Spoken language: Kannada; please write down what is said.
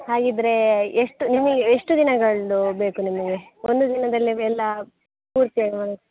ಹಾಗಿದ್ದರೆ ಎಷ್ಟು ನಿಮಗೆ ಎಷ್ಟು ದಿನಗಳು ಬೇಕು ನಿಮಗೆ ಒಂದು ದಿನದಲ್ಲೇ ಎಲ್ಲ ಪೂರ್ತಿ ಆಗ್ವನ್